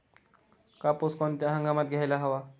कापूस कोणत्या हंगामात घ्यायला हवा?